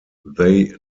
they